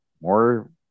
more